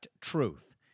Truth